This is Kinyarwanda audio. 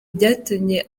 byatumye